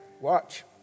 watch